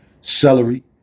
celery